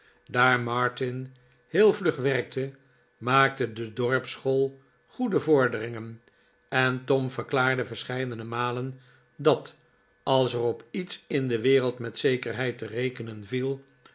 daar martin heel vlug werkte maakte de dorpsschool goede vorderingen en tom verklaarde verscheidene malen dat als er op iets in de wereld met zekerheid te rekenen viel